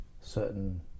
certain